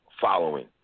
following